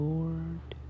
Lord